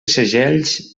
segells